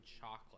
chocolate